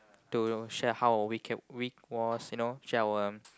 to share how our week was you know share our